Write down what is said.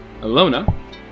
Alona